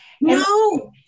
No